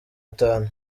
atanu